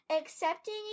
accepting